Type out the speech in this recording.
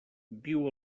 viu